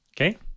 okay